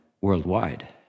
worldwide